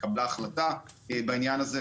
התקבלה החלטה בעניין הזה.